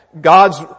God's